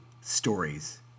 stories